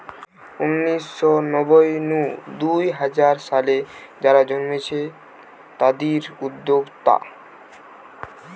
উনিশ শ নব্বই নু দুই হাজার সালে যারা জন্মেছে তাদির উদ্যোক্তা